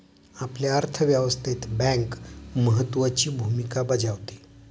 आपल्या अर्थव्यवस्थेत बँक महत्त्वाची भूमिका बजावते